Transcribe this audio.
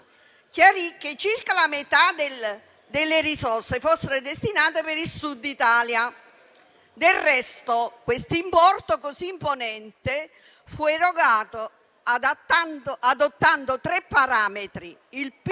chiarì che circa la metà delle risorse era destinata per il Sud Italia. Del resto, questo importo così imponente fu erogato adottando tre parametri: il PIL